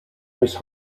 ice